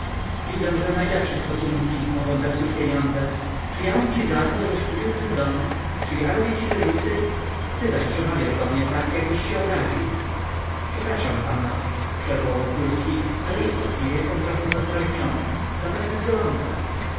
widzę że najlepsze stosunki mogą zepsuć pieniądze czy ja mam ci za złe żeś kupił ten dom czy ja robię ci wyrzuty ty zaś przemawiasz do mnie tak jakbyś się obraził przepraszam pana przerwał wokulski ale istotnie jestem trochę rozdrażniony zapewne z gorąca